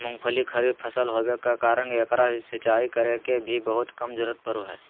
मूंगफली खरीफ फसल होबे कारण एकरा सिंचाई करे के भी बहुत कम जरूरत पड़ो हइ